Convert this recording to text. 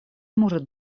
может